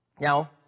Now